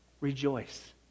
rejoice